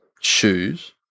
shoes